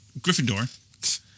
Gryffindor